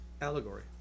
allegory